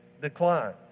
decline